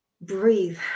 breathe